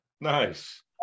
Nice